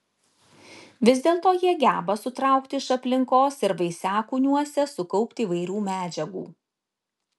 vis dėlto jie geba sutraukti iš aplinkos ir vaisiakūniuose sukaupti įvairių medžiagų